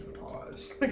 Pause